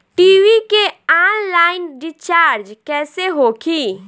TV के online recharge कैसे होखी?